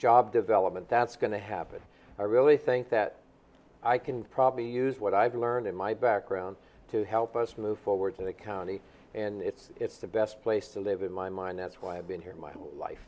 job development that's going to happen i really think that i can probably use what i've learned in my background to help us move forward in the county and it's the best place to live in my mind that's why i've been here my life